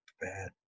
Bad